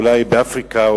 אולי באפריקה,